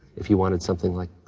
if you wanted something, like,